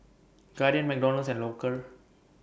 Guardian McDonald's and Loacker